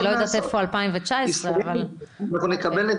אגב,